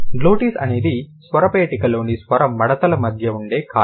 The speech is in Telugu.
గ్లోటిస్ అనేది స్వరపేటికలోని స్వర మడతల మధ్య ఉండే ఖాళీ